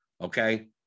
Okay